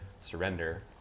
surrender